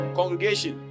Congregation